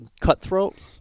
cutthroat